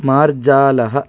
मार्जालः